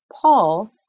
Paul